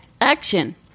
action